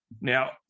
Now